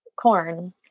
corn